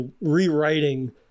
rewriting